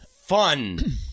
fun